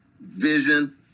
vision